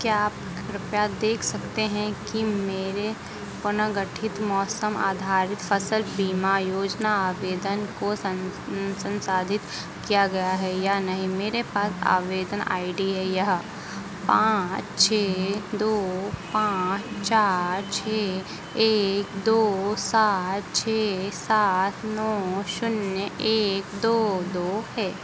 क्या आप कृपया देख सकते हैं कि मेरे पुनर्गठित मौसम आधारित फसल बीमा योजना आवेदन को संसाधित किया गया है या नहीं मेरे पास आवेदन आई डी है यह पाँच छः दो पाँच चार छः एक दो सात छः सात नौ शून्य एक दो दो है